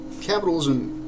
capitalism